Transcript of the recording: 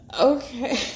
Okay